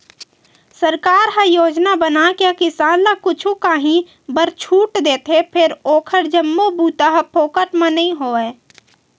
सरकार ह योजना बनाके किसान ल कुछु काही बर छूट देथे फेर ओखर जम्मो बूता ह फोकट म नइ होवय